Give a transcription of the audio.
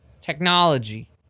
Technology